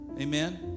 Amen